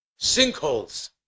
sinkholes